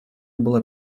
была